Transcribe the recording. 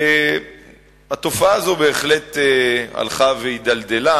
התופעה הזו בהחלט הלכה והידלדלה,